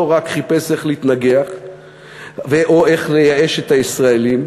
לא רק חיפש איך להתנגח ו/או איך לייאש את הישראלים,